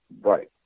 Right